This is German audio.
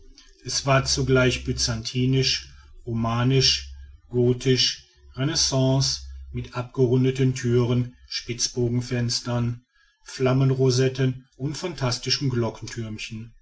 es war zugleich byzantinisch romanisch gothisch renaissance mit abgerundeten thüren spitzbogenfenstern flammenrosetten und phantastischen